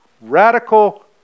Radical